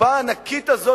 בקופה הענקית הזאת,